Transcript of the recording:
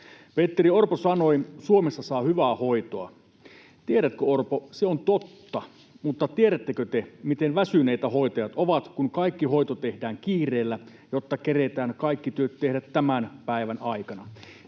”Petteri Orpo sanoi, että Suomessa saa hyvää hoitoa. Tiedätkö, Orpo, se on totta, mutta tiedättekö te, miten väsyneitä hoitajat ovat, kun kaikki hoito tehdään kiireellä, jotta keretään kaikki työt tehdä tämän päivän aikana?